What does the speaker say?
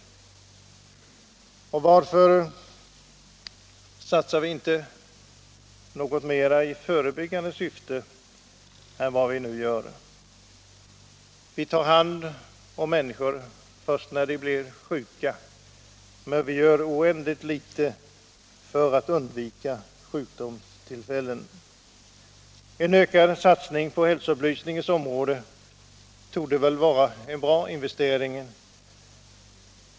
Och varför satsar vi inte mer i förebyggande syfte än vi nu gör? Vi tar hand om människor först när de blir sjuka, men gör oändligt litet för att undvika sjukdom. En ökad satsning på hälsoupplysningens område torde vara en bra investering.